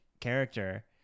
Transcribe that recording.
character